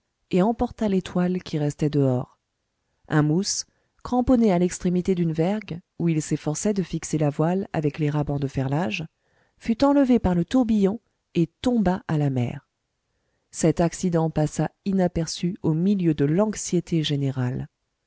et emporta les toiles qui restaient dehors un mousse cramponné à l'extrémité d'une vergue où il s'efforçait de fixer la voile avec les rabans de ferlage fut enlevé par le tourbillon et tomba à la mer cet accident passa inaperçu au milieu de l'anxiété générale